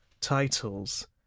titles